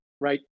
right